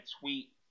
tweet